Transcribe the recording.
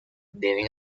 deben